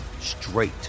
straight